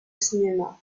cinéma